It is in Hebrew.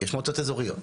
יש מועצות אזוריות,